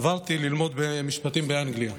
עברתי ללמוד משפטים באנגליה.